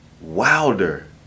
wilder